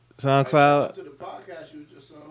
SoundCloud